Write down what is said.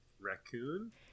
Raccoon